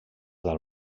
del